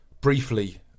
briefly